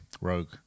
Rogue